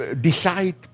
decide